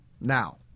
Now